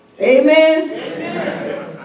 Amen